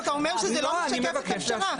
כי אתה אומר שזה לא משקף את הפשרה.